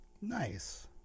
Nice